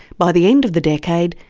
by the end of the decade,